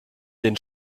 den